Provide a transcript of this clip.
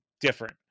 different